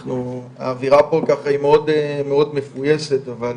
האווירה פה היא מאוד מפויסת, אבל